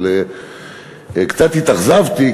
אבל קצת התאכזבתי,